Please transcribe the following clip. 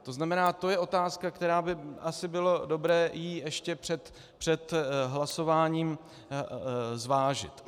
To znamená, to je otázka, kterou by asi bylo dobré ještě před hlasováním zvážit.